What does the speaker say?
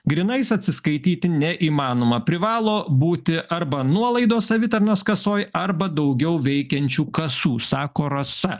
grynais atsiskaityti neįmanoma privalo būti arba nuolaidos savitarnos kasoj arba daugiau veikiančių kasų sako rasa